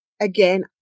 again